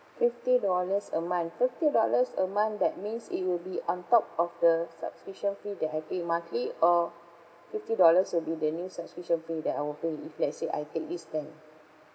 fifty dollars a month fifty dollars a month that means it will be on top of the subscription fee that I pay monthly or fifty dollars will be the new subscription fee that I will pay if let's say I take this plan